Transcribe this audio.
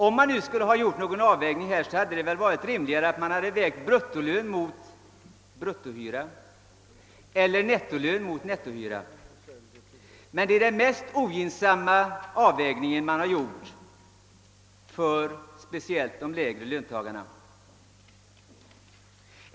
Om man nu skall göra en avvägning är det väl rimligare att väga bruttolön mot bruttohyra eller nettolön mot nettohyra? I stället har man gjort den speciellt för de lägre löntagarna mest ogynnsamma avvägningen.